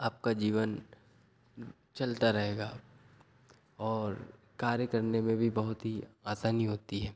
आपका जीवन चलता रहेगा और कार्य करने में भी बहुत ही आसानी होती है